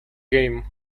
game